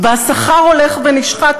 והשכר הולך ונשחק.